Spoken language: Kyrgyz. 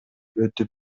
өтүп